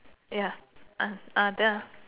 ya uh uh the